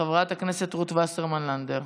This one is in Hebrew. חברת הכנסת רות וסרמן לנדה.